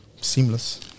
Seamless